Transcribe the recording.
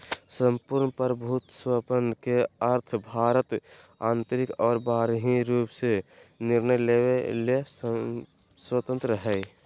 सम्पूर्ण प्रभुत्वसम्पन् के अर्थ भारत आन्तरिक और बाहरी रूप से निर्णय लेवे ले स्वतन्त्रत हइ